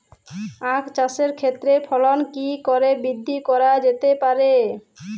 আক চাষের ক্ষেত্রে ফলন কি করে বৃদ্ধি করা যেতে পারে?